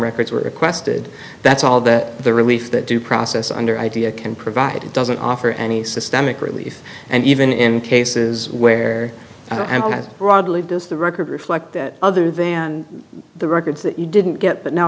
records were requested that's all that the relief that due process under idea can provide doesn't offer any systemic relief and even in cases where i am broadly does the record reflect that other than the records that you didn't get but now